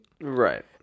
Right